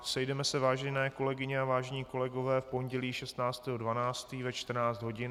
Sejdeme se, vážené kolegyně a vážení kolegové, v pondělí 16. 12. ve 14 hodin.